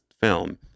film